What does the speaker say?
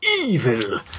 evil